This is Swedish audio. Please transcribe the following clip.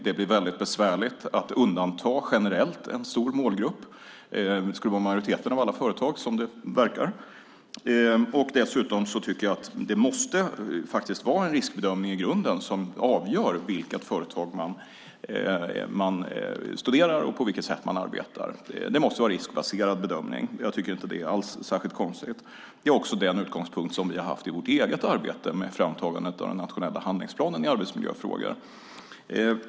Det blir väldigt besvärligt att generellt undanta en stor målgrupp. Det skulle vara majoriteten av alla företag, som det verkar. Dessutom tycker jag att det måste vara en riskbedömning i grunden som avgör vilka företag man studerar och på vilket sätt man arbetar. Det måste vara en riskbaserad bedömning. Jag tycker inte alls att det är särskilt konstigt. Det är också den utgångspunkt som vi har haft i vårt eget arbete med framtagandet av den nationella handlingsplanen i arbetsmiljöfrågor.